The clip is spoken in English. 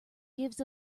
gives